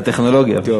זו הטכנולוגיה.